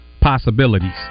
possibilities